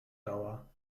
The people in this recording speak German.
dauer